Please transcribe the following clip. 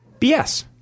bs